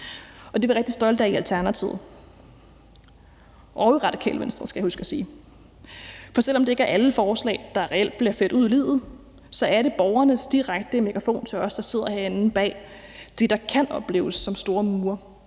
og det er vi rigtig stolte af i Alternativet – og i Radikale Venstre, skal jeg huske at sige. For selv om det ikke er alle forslag, der reelt bliver ført ud i livet, så er det borgernes direkte megafon til os, der sidder herinde bag det, der kan opleves som tykke mure.